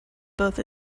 both